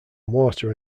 water